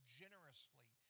generously